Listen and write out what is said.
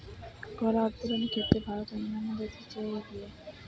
কলা উৎপাদনের ক্ষেত্রে ভারত অন্যান্য দেশের চেয়ে এগিয়ে